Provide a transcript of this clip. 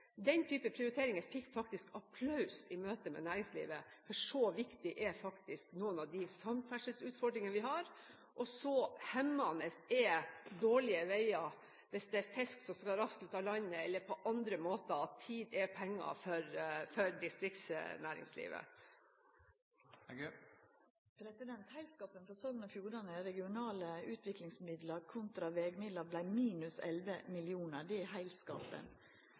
Den type prioriteringer fikk faktisk applaus i møte med næringslivet, for så viktig er faktisk noen av de samferdselsutfordringene vi har, og så hemmende er dårlige veier hvis det f.eks. er fisk som skal raskt ut av landet. Tid er penger for distriktsnæringslivet. Heilskapen for Sogn og Fjordane i regionale utviklingsmidlar kontra vegmidlar vart minus 11 mill. kr. Det er heilskapen.